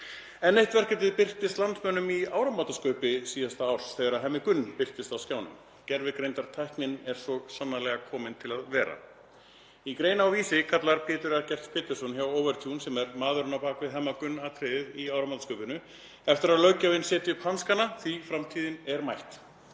Enn eitt verkefnið birtist landsmönnum í áramótaskaupi síðasta árs þegar Hemmi Gunn birtist á skjánum. Gervigreindartæknin er svo sannarlega komin til að vera. Í grein á Vísi kallar Pétur Eggerz Pétursson hjá Overtune, sem er maðurinn á bak við Hemma Gunn-atriðið í áramótaskaupinu, eftir því að löggjafinn setji upp hanskana því framtíðin sé mætt.